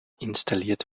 installiert